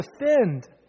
defend